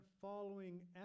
following